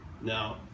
now